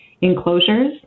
enclosures